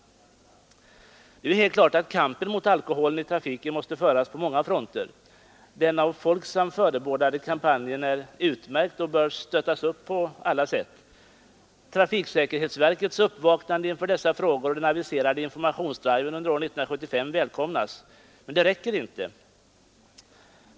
Det är ju helt klart att kampen mot alkoholen i trafiken måste föras på många fronter. Den av Folksam förebådade kampanjen är utmärkt och bör stöttas upp på alla sätt. Trafiksäkerhetsverkets uppvaknande inför dessa frågor och den aviserade informationsdriven under år 1975 är välkommen. Men det räcker inte.